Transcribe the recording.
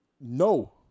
no